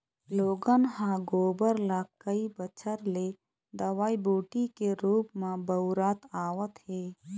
लोगन ह गोबर ल कई बच्छर ले दवई बूटी के रुप म बउरत आवत हे